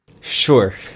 Sure